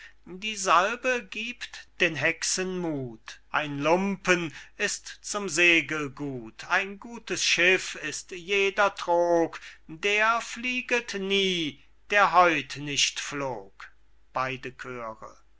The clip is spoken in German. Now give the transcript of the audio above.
die salbe giebt den hexen muth ein lumpen ist zum segel gut ein gutes schiff ist jeder trog der flieget nie der heut nicht flog beyde chöre